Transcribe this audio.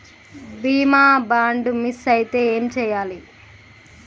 బీమా bond miss అయితే ఏం చేయాలి?